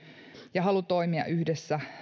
ja halu toimia yhdessä